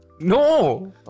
No